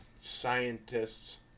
scientists